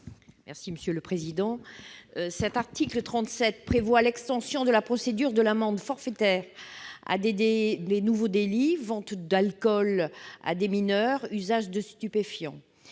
Mme Brigitte Micouleau. Cet article prévoit l'extension de la procédure de l'amende forfaitaire à de nouveaux délits : vente d'alcool à des mineurs, usage de stupéfiants.